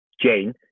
jane